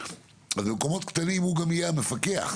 אז במקומות קטנים הוא גם יהיה המפקח.